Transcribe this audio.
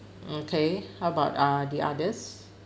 okay how about uh the others